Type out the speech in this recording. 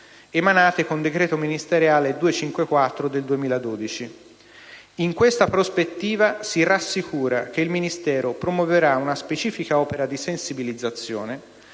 emanate con decreto ministeriale n. 254 del 2012. In questa prospettiva, si rassicura che il Ministero promuoverà una specifica opera di sensibilizzazione